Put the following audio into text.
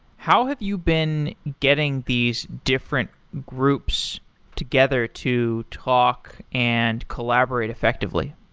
how have you been getting these different groups together to talk and collaborate effectively?